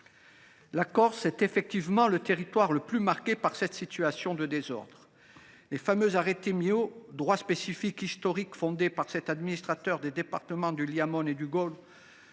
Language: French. La Corse est effectivement le territoire le plus marqué par cette situation de désordre. Le fameux arrêté d’André François Miot, droit spécifique historique fondé par cet administrateur des départements du Liamone et du Golo,